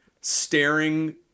staring